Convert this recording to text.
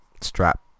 strap